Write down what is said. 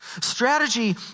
strategy